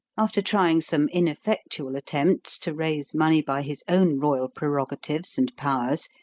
after trying some ineffectual attempts to raise money by his own royal prerogatives and powers,